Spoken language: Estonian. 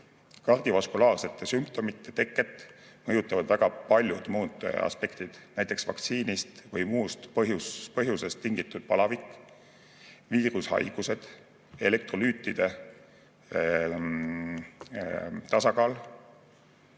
Kardiovaskulaarsete sümptomite teket mõjutavad väga paljud muud aspektid, näiteks vaktsiinistvõi muust põhjusest tingitud palavik, viirushaigused, elektrolüütide tasakaal,